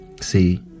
See